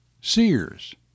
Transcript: Sears